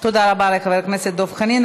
תודה רבה לחבר הכנסת דב חנין.